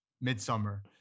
*Midsummer*